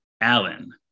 Allen